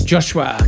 Joshua